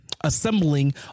assembling